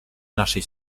naszej